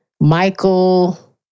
Michael